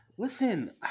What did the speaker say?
Listen